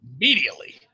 immediately